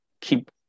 keep